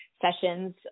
sessions